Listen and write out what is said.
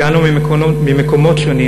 הגענו ממקומות שונים,